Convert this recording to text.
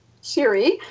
Siri